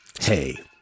Hey